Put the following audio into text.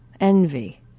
envy